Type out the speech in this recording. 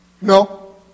no